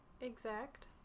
exact